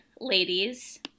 ladies